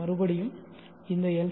மறுபடியும் இந்த எல்